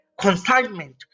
consignment